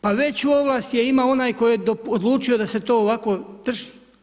Pa veću ovlast je imao onaj tko je odlučio da se to ovako drži.